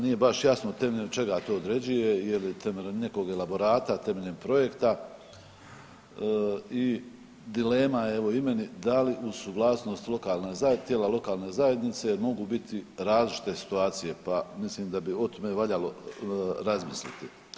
Nije baš jasno temeljem čega to određuje je li temeljem nekog elaborata, temeljem projekta i dilema je evo i meni da li uz suglasnost tijela lokalne zajednice mogu biti različite situacije, pa mislim da bi o tome valjalo razmisliti.